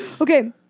Okay